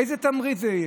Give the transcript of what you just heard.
איזה תמריץ זה יהיה?